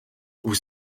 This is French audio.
vous